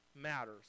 matters